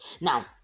Now